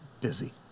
busy